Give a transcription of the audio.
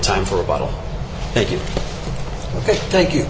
time for a bottle thank you thank you